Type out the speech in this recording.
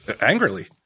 angrily